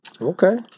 Okay